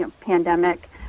pandemic